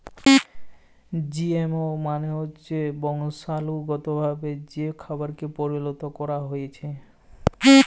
GMO মালে হচ্যে বংশালুগতভাবে যে খাবারকে পরিলত ক্যরা হ্যয়েছে